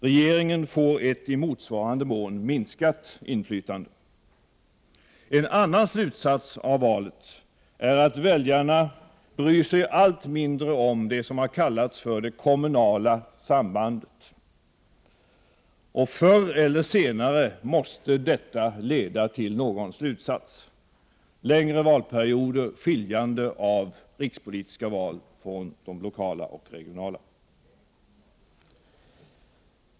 Regeringen får ett i motsvarande mån minskat inflytande. En annan slutsats av valet är att väljarna bryr sig allt mindre om det som har kallats för det kommunala sambandet. Förr eller senare måste detta leda till att en slutsats dras: längre valperioder, skiljande av rikspolitiska val från de lokala och regionala.